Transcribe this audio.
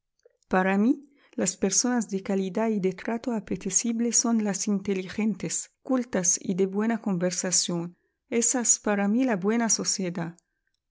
para mí las personas de calidad y de trato apetecible son las inteligentes cultas y de buena conversación esa es para mí la buena sociedad